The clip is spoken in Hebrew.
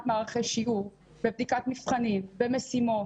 מערכי שיעור ובדיקת מבחנים ומשימות,